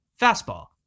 fastball